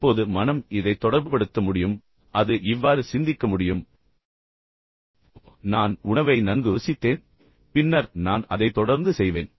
இப்போது மனம் இதை தொடர்புபடுத்த முடியும் அது இவ்வாறு சிந்திக்க முடியும் ஓ நான் உணவை நன்கு ருசித்தேன் பின்னர் நான் அதை தொடர்ந்து செய்வேன்